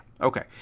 Okay